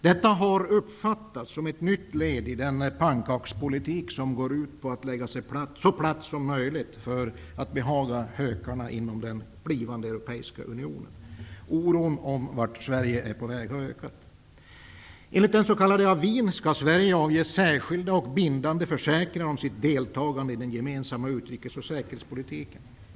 Detta har uppfattats som ett nytt led i den pannkakspolitik som går ut på att lägga sig så platt som möjligt för att behaga hökarna inom den blivande Europeiska unionen. Oron över vart Sverige är på väg har ökat. Enligt den s.k. avin skall Sverige avge särskilda och bindande försäkringar om sitt deltagande i den gemensamma utrikes och säkerhetspolitiken.